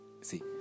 see